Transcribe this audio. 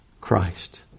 Christ